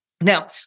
Now